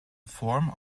form